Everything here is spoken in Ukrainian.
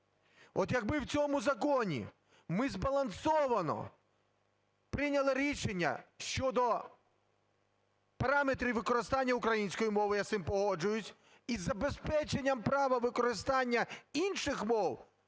От якби в цьому законі ми збалансовано прийняли рішення щодо параметрів використання української мови – я з цим погоджуюсь – із забезпеченням права використання інших мов,